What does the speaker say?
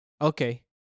Okay